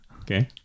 okay